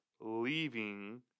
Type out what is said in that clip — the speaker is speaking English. leaving